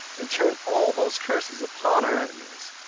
and turn all those curses upon our enemies.